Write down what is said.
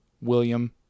William